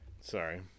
Sorry